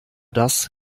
das